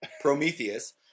Prometheus